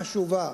חשובה: